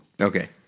Okay